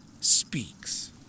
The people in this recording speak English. speaks